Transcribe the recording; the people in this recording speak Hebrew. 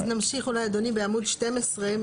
אז נמשיך אולי אדוני בעמוד 12,